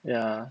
yeah